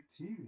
TV